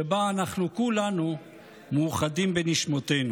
שבה אנחנו כולנו מאוחדים בנשמותינו.